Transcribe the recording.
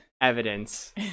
evidence